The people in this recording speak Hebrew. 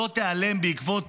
לא תיעלם בעקבות